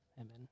Amen